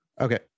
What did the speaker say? okay